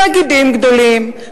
תאגידים גדולים,